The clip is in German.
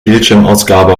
bildschirmausgabe